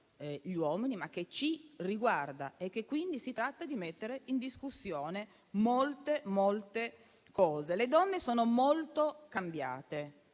gli uomini e che ci riguarda. Quindi si tratta di mettere in discussione molte, molte cose. Le donne sono molto cambiate